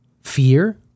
fear